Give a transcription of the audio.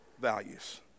values